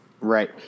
Right